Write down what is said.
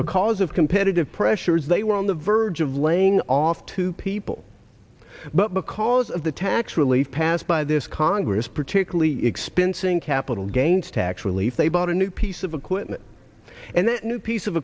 because of competitive pressures they were on the verge of laying off two people but because of the tax relief passed by this congress particularly expensing capital gains tax relief they bought a new piece of equipment and that new piece of